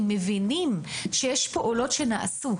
הם מבינים שיש פעולות שנעשו.